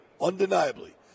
undeniably